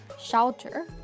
shelter